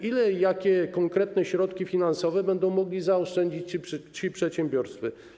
Ile i jakie konkretne środki finansowe będą mogli zaoszczędzić ci przedsiębiorcy?